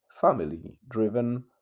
family-driven